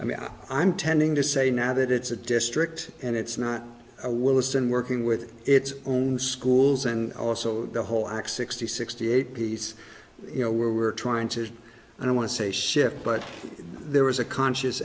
i mean i'm tending to say now that it's a district and it's not a willesden working with its own schools and also the whole x sixty sixty eight piece you know where we're trying to i don't want to say shift but there was a conscious